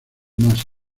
más